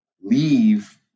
leave